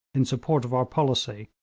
in support of our policy,